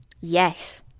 Yes